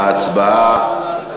ההצבעה החלה.